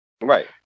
right